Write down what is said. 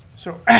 so,